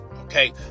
okay